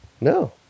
No